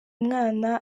mwana